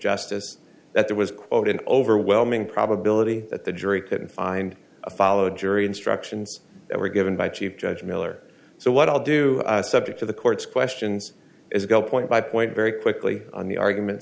justice that there was quote an overwhelming probability that the jury couldn't find a follow jury instructions that were given by chief judge miller so what i'll do subject to the court's questions is go point by point very quickly on the argument